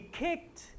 kicked